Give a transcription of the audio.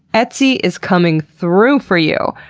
etsy is coming through for you!